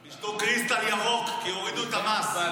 ישתו קריסטל ירוק, כי הורידו את המס.